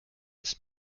ist